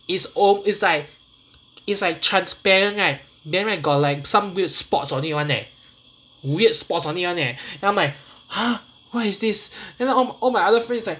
it's o~ it's like it's like transparent right then right got like some weird spots on it [one] eh weird spots on it [one] eh then I'm like !huh! what is this and all my all my other friends is like